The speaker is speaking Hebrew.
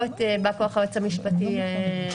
לא היית בא כוח היועץ המשפטי לממשלה,